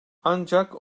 ancak